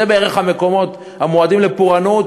זה בערך המקומות המועדים לפורענות.